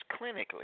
clinically